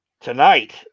tonight